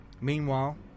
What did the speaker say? Meanwhile